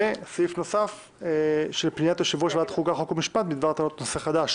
וסעיף נוסף של פניית יושב-ראש ועדת חוקה חוק ומשפט בדבר טענות נושא חדש